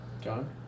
John